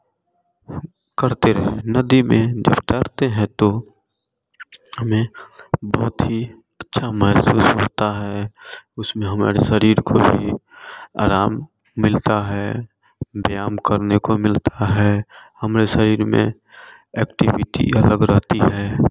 करते रहें नदी में जब तैरते हैं तो हमें बहुत ही अच्छा महसूस होता है उसमें हमारे शरीर को भी आराम मिलता है व्यायाम करने को मिलता है हमारे शरीर में एक्टिविटी अलग रहती है